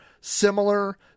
similar